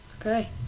Okay